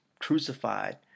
crucified